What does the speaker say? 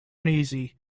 uneasy